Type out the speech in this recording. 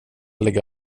lägga